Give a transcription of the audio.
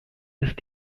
ist